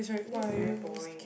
this is very boring eh